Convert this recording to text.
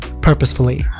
purposefully